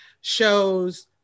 shows